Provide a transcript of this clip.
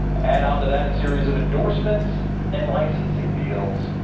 add on to that a series of endorsements and licensing deals.